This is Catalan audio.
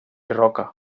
roca